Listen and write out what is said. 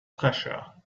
treasure